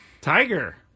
Tiger